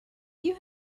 you